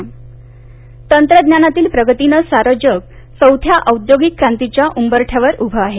मोदी तंत्रज्ञानातील प्रगतीनं सारे जग चौथ्या औद्योगिक क्रांतीच्या उंबरळ्यावर उभे आहे